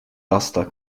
laster